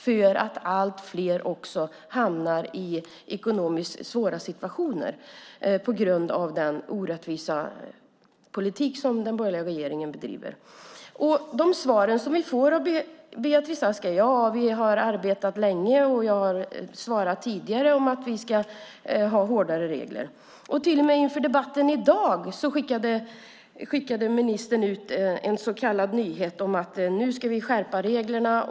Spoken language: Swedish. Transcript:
Det blir allt fler som hamnar i ekonomiskt svåra situationer på grund av den orättvisa politik som den borgerliga regeringen bedriver. De svar som vi får av Beatrice Ask är: Vi har arbetat länge, och jag har tidigare svarat att vi ska ha hårdare regler. Till och med inför debatten i dag skickade ministern ut en så kallad nyhet om att man nu ska skärpa reglerna.